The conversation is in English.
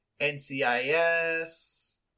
NCIS